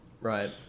Right